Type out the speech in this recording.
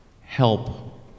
help